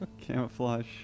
Camouflage